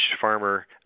farmer